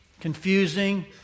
confusing